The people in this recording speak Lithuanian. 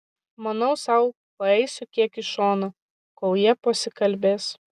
manau sau paeisiu kiek į šoną kol jie pasikalbės